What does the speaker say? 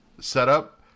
setup